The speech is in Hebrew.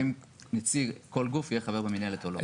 האם נציג כל גוף יכול להיות במינהלת או לא.